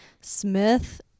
smith